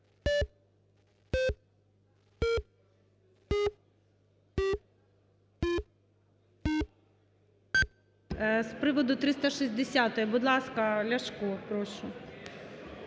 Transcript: З приводу 360-ї, будь ласка, Ляшко, прошу.